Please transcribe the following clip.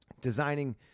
Designing